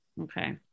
Okay